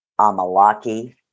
amalaki